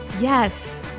Yes